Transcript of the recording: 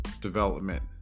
development